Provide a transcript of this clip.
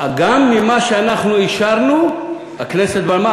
גם ממה שאישרנו הכנסת בלמה,